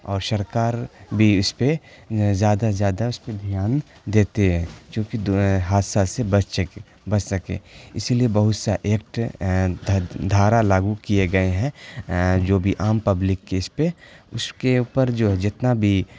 اور سرکار بھی اس پہ زیادہ سے زیادہ اس پہ دھیان دیتے ہے چونکہ دو ہے حادثہ سے بچ سکے بچ سکے اسی لیے بہت سا ایکٹ دھارا لاگو کیے گئے ہیں جو بھی عام پبلک کے اس پہ اس کے اوپر جو ہے جتنا بھی